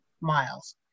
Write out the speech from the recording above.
miles